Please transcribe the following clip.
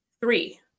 Three